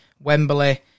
Wembley